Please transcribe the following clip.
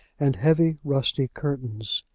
and heavy rusty curtains.